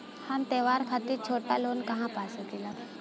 हम त्योहार खातिर छोटा लोन कहा पा सकिला?